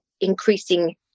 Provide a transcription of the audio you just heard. increasing